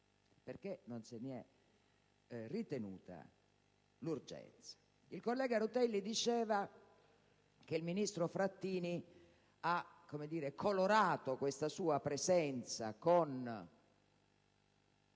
perché non se ne è ritenuta l'urgenza. Il collega Rutelli diceva che il ministro Frattini ha colorato questa sua presenza con